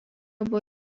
buvo